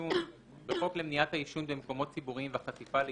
לעישון 19. בחוק למניעת העישון במקומות ציבוריים והחשיפה לעישון,